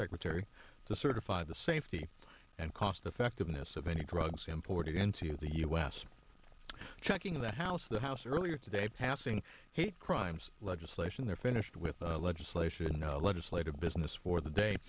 secretary to certify the safety and cost effectiveness of any drugs imported into the u s checking the house the house earlier today passing hate crimes legislation they're finished with the legislation no legislative business for the day